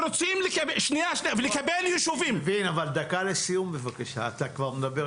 ורוצים לקבל יישובים, לא רואים